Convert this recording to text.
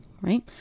right